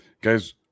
Guys